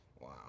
Wow